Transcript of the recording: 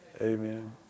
amen